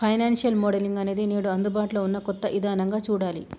financial modelling అనేది నేడు అందుబాటులో ఉన్న కొత్త ఇదానంగా చూడాలి